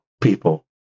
people